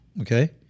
Okay